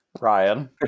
Ryan